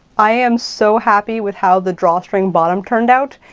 i am so happy with how the drawstring bottom turned out.